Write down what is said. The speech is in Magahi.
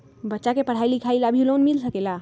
बच्चा के पढ़ाई लिखाई ला भी लोन मिल सकेला?